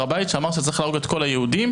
הבית שאמר שצריך להרוג את כל היהודים,